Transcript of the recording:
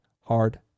hard